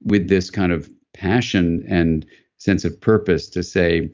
this kind of passion and sense of purpose to say,